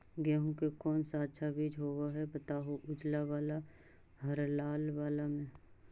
गेहूं के कौन सा अच्छा बीज होव है बताहू, उजला बाल हरलाल बाल में?